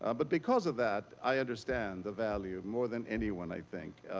ah but because of that i understand the value more than anyone, i think.